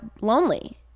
lonely